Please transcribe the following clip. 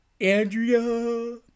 Andrea